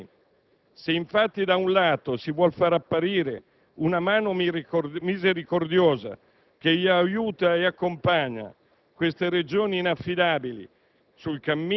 È fortemente discriminatorio, come ricordava il collega senatore Galli, in quanto non consente l'accesso a questi fondi, con pari equità, a tutte le Regioni.